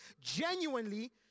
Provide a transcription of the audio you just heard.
genuinely